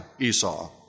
Esau